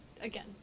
Again